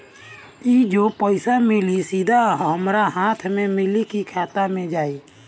ई जो पइसा मिली सीधा हमरा हाथ में मिली कि खाता में जाई?